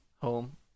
home